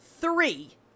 three